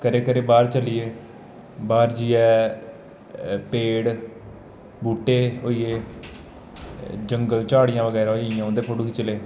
घरै घरै दे बाह्र चली गे बाह्र चलियै पेड़ बूह्टे होई गे जंगल झाड़ियां बगैरा होई गेइयां उं'दे फोटो खिच्ची लै